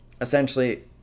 essentially